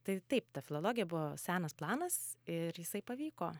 tai taip ta filologija buvo senas planas ir jisai pavyko